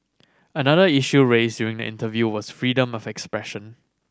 another issue raised during the interview was freedom of expression